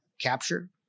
capture